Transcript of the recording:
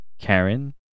Karen